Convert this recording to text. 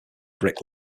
brick